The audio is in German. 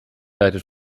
leitet